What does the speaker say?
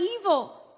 evil